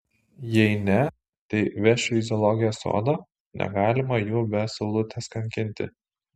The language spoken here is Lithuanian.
jei ne tai vešiu į zoologijos sodą negalima jų be saulutės kankinti